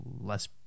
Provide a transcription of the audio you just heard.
less